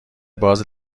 باز